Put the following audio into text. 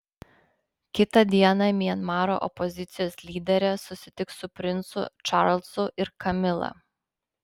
kitą dieną mianmaro opozicijos lyderė susitiks su princu čarlzu ir kamila